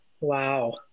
Wow